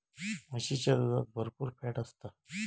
म्हशीच्या दुधात भरपुर फॅट असता